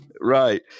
right